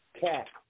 Cat